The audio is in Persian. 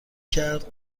کرد